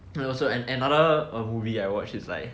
and also an another a movie I watch is like